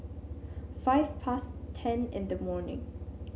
five past ten in the morning